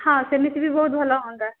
ହଁ ସେମିତି ବି ବହୁତ ଭଲ ହୁଅନ୍ତା